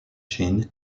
shin